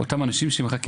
האנשים שמחכים.